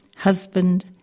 husband